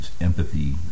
empathy